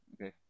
okay